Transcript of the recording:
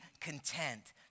content